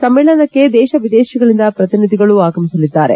ಸಮ್ಮೇಳನಕ್ಕೆ ದೇಶ ವಿದೇಶಗಳಿಂದ ಪ್ರತಿನಿಧಿಗಳು ಆಗಮಿಸಲಿದ್ದಾರೆ